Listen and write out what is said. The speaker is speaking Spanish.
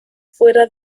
fuera